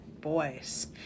Boys